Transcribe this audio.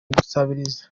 gusabiriza